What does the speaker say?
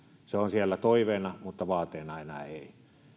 se on siellä toiveena mutta vaateena enää ei